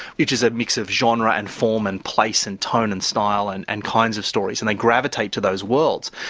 which is a mix of genre and form and place and tone and style and and kinds of stories and they gravitate to those worlds.